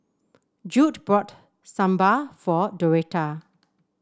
Jude brought Sambar for Doretta